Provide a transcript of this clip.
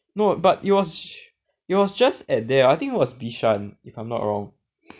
no but it was it was just at there I think it was Bishan if I'm not wrong